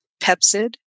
Pepsid